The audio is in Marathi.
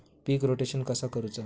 पीक रोटेशन कसा करूचा?